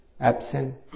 absent